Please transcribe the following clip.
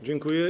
Dziękuję.